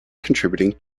contributing